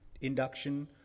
induction